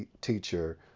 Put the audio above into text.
teacher